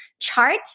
chart